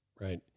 right